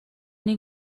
این